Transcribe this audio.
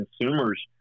consumers